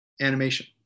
animation